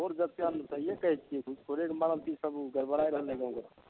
घूसखोर सहीए कहै छियै की घूसखोरेके मारल चीज सब गड़बड़ाय रहलै गाँवमे